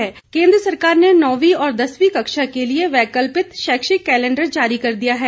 शैक्षिक कैलेंडर केन्द्र सरकार ने नौंवी और दसवीं कक्षा के लिए वैकल्पित शैक्षिक कैलेंडर जारी कर दिया है